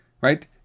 right